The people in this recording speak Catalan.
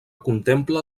contempla